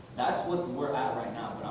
that's where we're at right